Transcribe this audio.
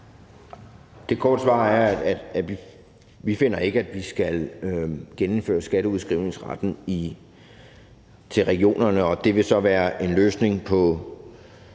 Det korte svar er, at vi ikke finder, at man skal genindføre skatteudskrivningsretten til regionerne, og at det så vil være en løsning på